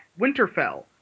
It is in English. Winterfell